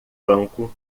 banco